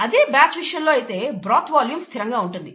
అదే బ్యాచ్ విషయంలో అయితే బ్రోత్ వాల్యూం స్థిరంగా ఉంటుంది